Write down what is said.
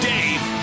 Dave